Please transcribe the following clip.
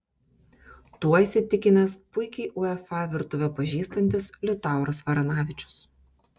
tuo įsitikinęs puikiai uefa virtuvę pažįstantis liutauras varanavičius